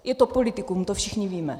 Je to politikum, to všichni víme.